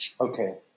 Okay